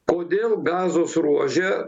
kodėl gazos ruože